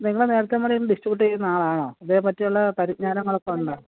നിങ്ങൾ നേരത്തേ മുതൽ ഡിസ്ട്രിബ്യൂട്ട് ചെയ്യുന്ന ആളാണോ ഇതേപ്പറ്റിയുള്ള പരിജ്ഞാനങ്ങളൊക്കെ ഉണ്ടോ